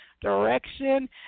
direction